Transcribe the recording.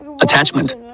Attachment